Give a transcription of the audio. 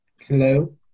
Hello